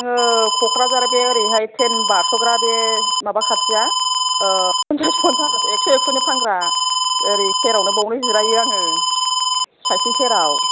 आङो क'क्राझार बे ओरैहाय थ्रेन बारसग्रा बे माबा खाथिया पनसार पनसास एक्स एक्सनि फानग्रा ओरै सेरावनो बावनो जिरायो आङो सायथिं सेराव